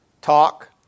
Talk